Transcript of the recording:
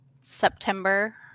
September